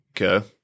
Okay